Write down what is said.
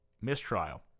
mistrial